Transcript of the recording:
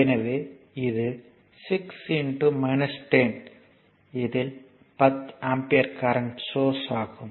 எனவே இது 6 10 இதில் 10 ஆம்பியர் கரண்ட் சோர்ஸ் ஆகும்